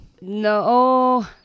No